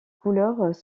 couleurs